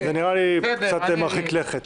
זה נראה לי מרחיק לכת.